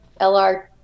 LR